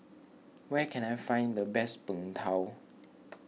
where can I find the best Png Tao